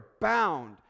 bound